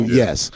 yes